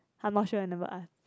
I'm not sure I never ask